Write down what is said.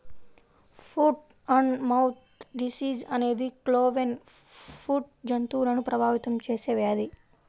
foot and mouth disease అనేది cloven foot జంతువులను ప్రభావితం చేసే వ్యాధి